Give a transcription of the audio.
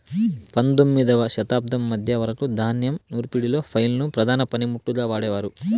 పందొమ్మిదవ శతాబ్దం మధ్య వరకు ధాన్యం నూర్పిడిలో ఫ్లైల్ ను ప్రధాన పనిముట్టుగా వాడేవారు